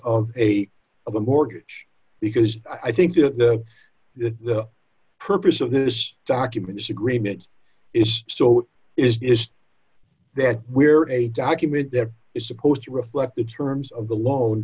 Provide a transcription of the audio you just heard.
of a of a mortgage because i think that the purpose of this document is agreement is so is that where a document that is supposed to reflect the terms of the loan